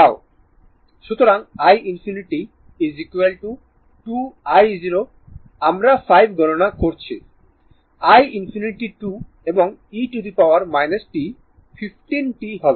সুতরাং i ∞ 2 i0 আমরা 5 গণনা করেছি i ∞ 2 এবং e t 15 t হবে